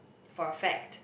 for a fact